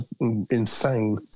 insane